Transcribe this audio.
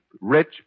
rich